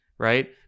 Right